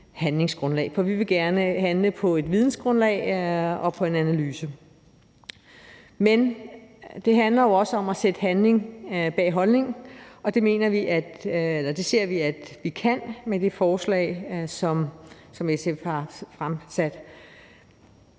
for vi vil gerne handle på et vidensgrundlag og på en analyse. Men det handler jo også om at sætte handling bag holdning, og det ser vi vi kan med det forslag, som SF har fremsat.